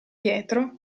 pietro